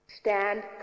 Stand